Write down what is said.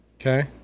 Okay